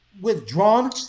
withdrawn